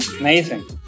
Amazing